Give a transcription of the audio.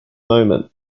moment